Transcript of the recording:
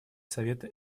совета